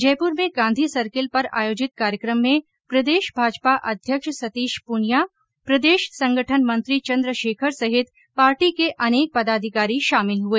जयपुर में गांधी सर्किल पर आयोजित कार्यक्रम में प्रदेश भाजपा अध्यक्ष सतीश पूनिया प्रदेश संगठन मंत्री चंद्रशेखर सहित पार्टी के अनेक पदाधिकारी शामिल हुए